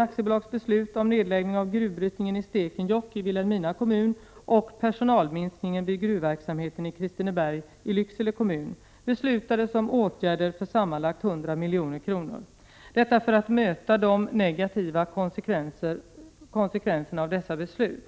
AB:s beslut om nedläggning av gruvbrytningen i Stekenjokk i Vilhelmina kommun och personalminskningen vid gruvverksamheten i Kristineberg i Lycksele kommun beslutades om åtgärder för sammanlagt 100 milj.kr. — detta för att möta de negativa konsekvenserna av nedläggningen.